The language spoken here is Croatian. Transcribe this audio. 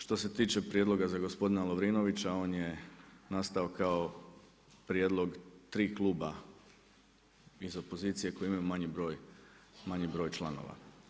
Što se tiče prijedloga za gospodina Lovrinovića, on je nastao kao prijedlog 3 kluba, iza pozicije koji imaju manji broj članova.